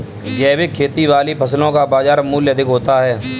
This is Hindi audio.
जैविक खेती वाली फसलों का बाजार मूल्य अधिक होता है